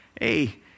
hey